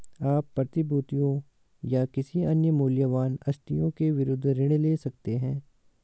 आप प्रतिभूतियों या किसी अन्य मूल्यवान आस्तियों के विरुद्ध ऋण ले सकते हैं